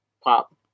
pop